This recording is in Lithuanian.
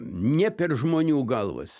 ne per žmonių galvas